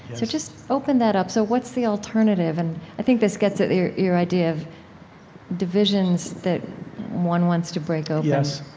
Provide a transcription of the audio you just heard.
so just open that up. so what's the alternative? and i think this gets at your your idea of divisions that one wants to break open yes.